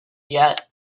yet